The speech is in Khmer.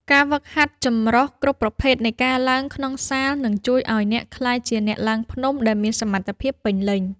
ការហ្វឹកហាត់ចម្រុះគ្រប់ប្រភេទនៃការឡើងក្នុងសាល នឹងជួយឱ្យអ្នកក្លាយជាអ្នកឡើងភ្នំដែលមានសមត្ថភាពពេញលេញ។